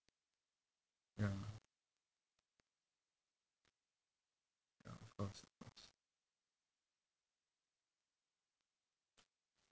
ya ya of course of course